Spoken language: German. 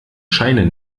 scheine